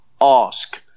Ask